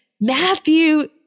Matthew